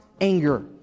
anger